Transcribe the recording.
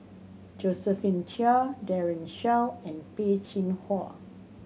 Josephine Chia Daren Shiau and Peh Chin Hua